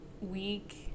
week